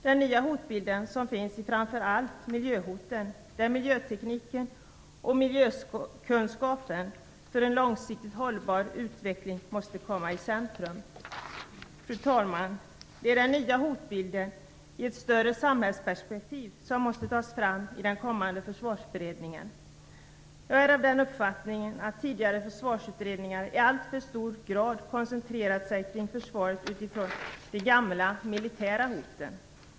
Den nya hotbilden som finns i framför allt miljöhoten, där miljötekniken och miljökunskapen för en långsiktigt hållbar utveckling måste ställas i centrum. Fru talman! Det är den nya hotbilden i ett större samhällsperspektiv som måste tas med i den kommande försvarsberedningen. Jag är av uppfattningen att tidigare försvarsutredningar i allt för hög grad koncentrerats kring försvaret utifrån de gamla militära hoten.